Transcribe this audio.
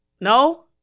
No